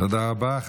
תודה רבה.